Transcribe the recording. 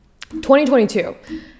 2022